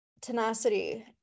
tenacity